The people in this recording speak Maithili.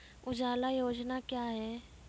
उजाला योजना क्या हैं?